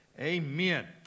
amen